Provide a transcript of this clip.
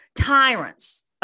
tyrants